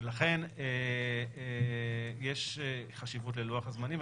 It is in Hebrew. לכן יש חשיבות ללוח הזמנים,